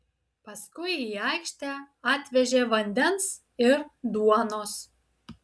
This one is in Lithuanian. paskui į aikštę atvežė vandens ir duonos